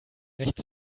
recht